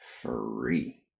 free